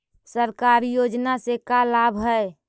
सरकारी योजना से का लाभ है?